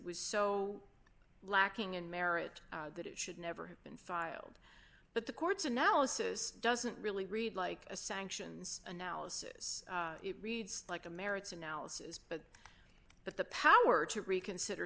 was so lacking in merit that it should never have been filed but the court's analysis doesn't really read like a sanctions analysis it reads like a merits analysis but but the power to reconsider